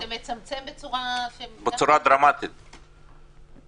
זה מצמצם בצורה דרמטית את האכיפה.